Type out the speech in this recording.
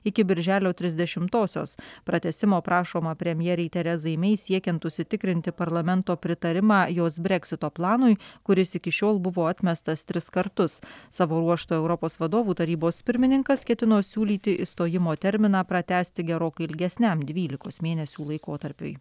iki birželio trisdešimtosios pratęsimo prašoma premjerei terezai mei siekiant užsitikrinti parlamento pritarimą jos breksito planui kuris iki šiol buvo atmestas tris kartus savo ruožtu europos vadovų tarybos pirmininkas ketino siūlyti išstojimo terminą pratęsti gerokai ilgesniam dvylikos mėnesių laikotarpiui